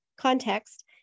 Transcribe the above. context